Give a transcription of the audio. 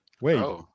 Wait